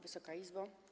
Wysoka Izbo!